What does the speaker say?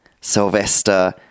Sylvester